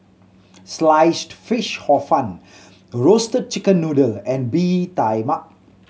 Sliced Fish Hor Fun Roasted Chicken Noodle and Bee Tai Mak